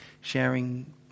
sharing